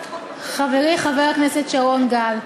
חברי חבר הכנסת שרון גל,